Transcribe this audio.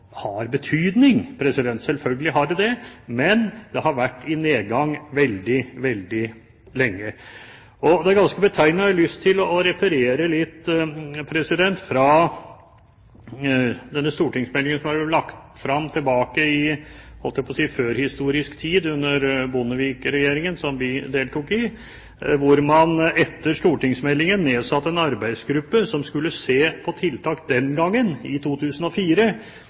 har betydning – selvfølgelig har den det – men det har vært i nedgang veldig, veldig lenge. Det er ganske betegnende, så jeg har lyst til å referere til den stortingsmeldingen som ble lagt fram i – jeg holdt på å si – førhistorisk tid, under Bondevik-regjeringen, som vi deltok i. Etter stortingsmeldingen ble det nedsatt en arbeidsgruppe som skulle se på tiltak den gangen, i 2004,